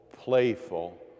playful